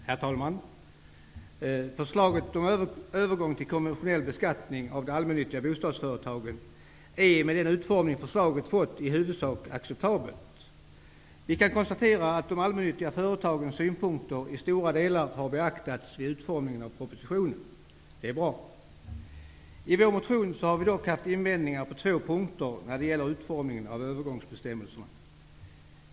Herr talman! Förslaget om övergång till konventionell beskattning av de allmännyttiga bostadsföretagen är, med den utformning förslaget fått, i huvudsak acceptabelt. Vi kan konstatera att de allmännyttiga företagens synpunkter i stora delar har beaktats vid utformningen av propositionen. Det är bra. I vår motion har vi dock haft invändningar på två punkter när det gäller utformningen av övergångsbestämmelserna.